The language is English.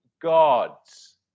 gods